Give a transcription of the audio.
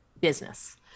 business